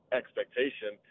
expectation